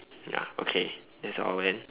ya okay that's all man